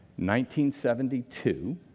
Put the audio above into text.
1972